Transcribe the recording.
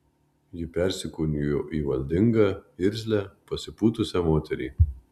ji persikūnijo į valdingą irzlią pasipūtusią moterį